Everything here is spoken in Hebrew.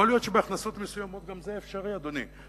יכול להיות שבהכנסות מסוימות גם זה אפשרי, אדוני.